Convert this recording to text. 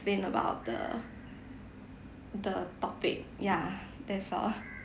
explain about the the topic yeah that's all